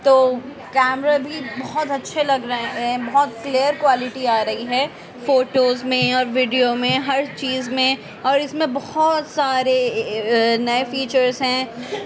تو کیمرا بھی بہت اچھے لگ رہے ہیں بہت کلیئر کوالٹی آ رہی ہے فوٹوز میں اور ویڈیو میں ہر چیز میں اور اس میں بہت سارے نئے فیچرس ہیں